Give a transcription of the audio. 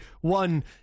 one